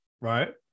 right